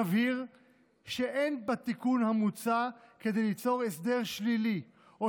נבהיר שאין בתיקון המוצע כדי ליצור הסדר שלילי או